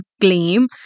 claim